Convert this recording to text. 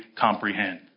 comprehend